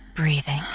breathing